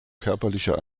körperlicher